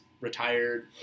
retired